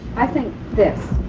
i think this